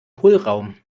hohlraum